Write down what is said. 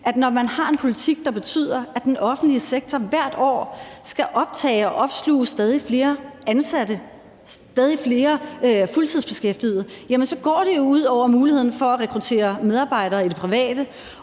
at når man har en politik, der betyder, at den offentlige sektor hvert år skal optage og opsluge stadig flere ansatte, stadig flere fuldtidsbeskæftigede, går det jo ud over muligheden for at rekruttere medarbejdere i det private,